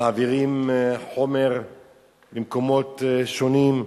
מעבירות חומר ממקומות שונים,